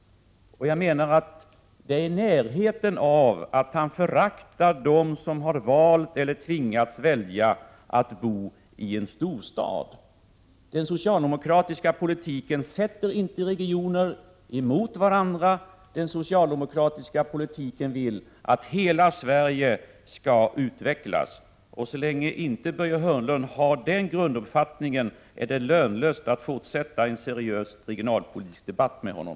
Detta närmar sig förakt för dem som har valt eller tvingats välja att bo i en storstad. Den socialdemokratiska politiken ställer inte regioner mot varandra, den socialdemokratiska politiken vill att hela Sverige skall utvecklas. Så länge Börje Hörnlund inte har samma grunduppfattning som vi socialdemokrater är det lönlöst att försöka föra en seriös regionalpolitisk debatt med honom.